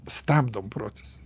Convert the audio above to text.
stabdom procesą